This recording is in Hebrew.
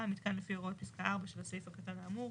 המיתקן לפי הוראות פסקה (4) של הסעיף הקטן האמור,